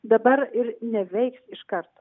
dabar ir neveiks iš karto